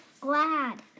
Glad